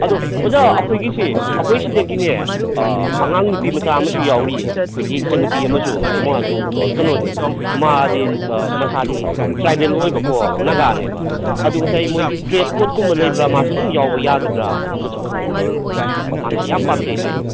ꯑꯗꯣ ꯑꯣꯖꯥ ꯑꯩꯈꯣꯏꯒꯤꯁꯤ ꯑꯩꯈꯣꯏꯁꯤꯗꯒꯤꯅꯦ ꯑꯉꯥꯡ ꯅꯨꯄꯤ ꯃꯆꯥ ꯑꯃꯁꯨ ꯌꯥꯎꯔꯤꯌꯦ ꯑꯩꯈꯣꯏꯒꯤ ꯏꯆꯟ ꯅꯨꯄꯤ ꯑꯃꯁꯨ ꯃꯥꯁꯨ ꯀꯩꯅꯣꯅꯦ ꯃꯥꯗꯤ ꯃꯁꯥꯗꯤ ꯇ꯭ꯔꯥꯏꯕꯦꯜ ꯑꯣꯏꯕꯀꯣ ꯅꯥꯒꯥꯅꯦꯕ ꯑꯗꯨ ꯉꯁꯥꯏ ꯃꯣꯏꯒꯤ ꯗ꯭ꯔꯦꯁ ꯀꯣꯗꯀꯨꯝꯕ ꯂꯩꯕ꯭ꯔꯥ ꯃꯥꯁꯨ ꯑꯗꯨꯝ ꯌꯥꯎꯕ ꯌꯥꯒꯗ꯭ꯔꯥ ꯑꯗꯨꯒꯁꯨ ꯈꯪꯅꯤꯡꯕ ꯃꯥꯅꯁꯨ ꯌꯥꯝ ꯄꯥꯝꯖꯩ ꯍꯥꯏꯌꯦ